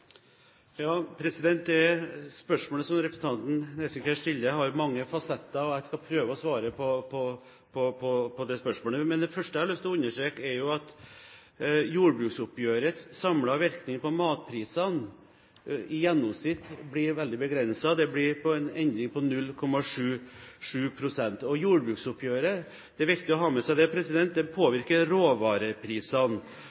Det spørsmålet som representanten Nesvik her stiller, har mange fasetter, og jeg skal prøve å svare på det spørsmålet. Men det første jeg har lyst til å understreke, er at jordbruksoppgjørets samlede virkning på matprisene i gjennomsnitt blir veldig begrenset, det blir en endring på 0,7 pst. Jordbruksoppgjøret – det er viktig å ha med seg det – påvirker råvareprisene. Det